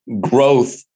growth